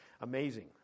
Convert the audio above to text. amazing